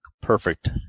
perfect